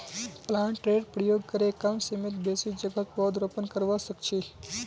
प्लांटरेर प्रयोग करे कम समयत बेसी जोगहत पौधरोपण करवा सख छी